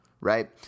right